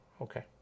Okay